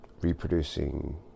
reproducing